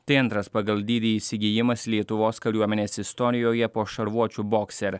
tai antras pagal dydį įsigijimas lietuvos kariuomenės istorijoje po šarvuočių bokser